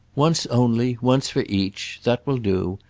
once only once for each that will do.